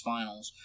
Finals